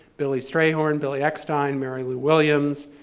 billy strayhorn, billy eckstine, mary lou williams.